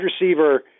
receiver